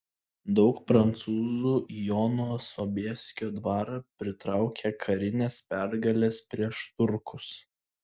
daug prancūzų į jono sobieskio dvarą pritraukė karinės pergalės prieš turkus